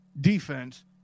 defense